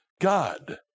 God